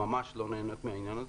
ממש לא נהנות מהעניין הזה.